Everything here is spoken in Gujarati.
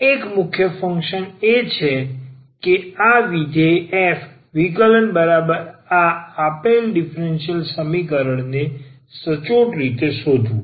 તેથી એક મુખ્ય ફંક્શન એ છે કે આ વિધેય f વિકલન બરાબર આ આપેલ ડીફરન્સીયલ સમીકરણ ને સચોટ રીતે શોધવું